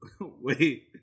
Wait